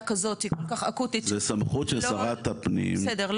כזאת כל כך אקוטית --- זו סמכות של שרת הפנים --- בסדר,